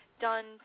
done